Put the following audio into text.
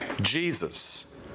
Jesus